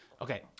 Okay